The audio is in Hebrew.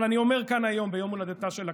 אבל אני אומר כאן היום, ביום הולדתה של הכנסת,